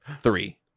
Three